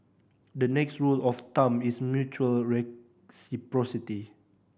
the next rule of thumb is mutual reciprocity